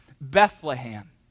Bethlehem